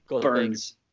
burns